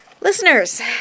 Listeners